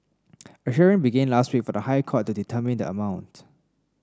a hearing began last week for the High Court to determine the amount